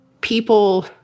people